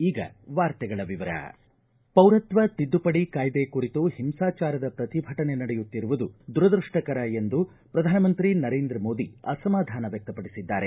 ಈಗ ವಾರ್ತೆಗಳ ವಿವರ ಪೌರತ್ವ ತಿದ್ದುಪಡಿ ಕಾಯ್ದೆ ಕುರಿತು ಹಿಂಸಾಚಾರದ ಪ್ರತಿಭಟನೆ ನಡೆಯುತ್ತಿರುವುದು ದುರದ್ಯಷ್ಟಕರ ಎಂದು ಪ್ರಧಾನಮಂತ್ರಿ ನರೇಂದ್ರ ಮೋದಿ ಅಸಮಾಧಾನ ವ್ಯಕ್ತಪಡಿಸಿದ್ದಾರೆ